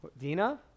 Dina